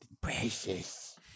Precious